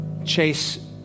chase